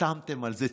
חתמתם על זה?